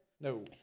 No